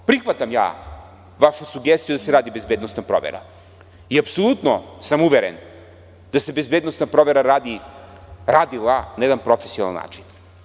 Prihvatam ja vašu sugestiju da se radi bezbednosna provera i apsolutno sam uveren da se bezbednosna provera radila na jedan profesionalan način.